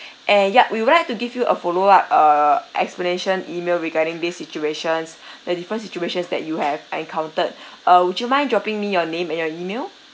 and yup we would like to give you a follow up err explanation email regarding these situations the different situations that you have encountered uh would you mind dropping me your name and your email